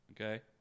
okay